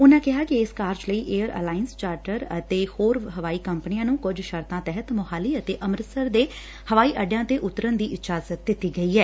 ਉਨ੍ਪਾ ਕਿਹਾ ਕਿ ਇਸ ਕਾਰੱਜ ਲਈ ਏਅਰ ਅਲਾਇੰਸ ਚਾਰਟਰ ਅਤੇ ਹੋਰ ਹਵਾਈ ਕੰਪਨੀਆਂ ਨੂੰ ਕੁਝ ਸ਼ਰਤਾਂ ਤਹਿਤ ਮੁਹਾਲੀ ਅਤੇ ਅੰਮ੍ਰਿਤਸਰ ਦੇ ਹਵਾਈ ਅੱਡਿਆਂ ਤੇ ਉੱਤਰਨ ਦੀ ਇਜਾਜ਼ਤ ਦਿੱਤੀ ਗਈ ਐ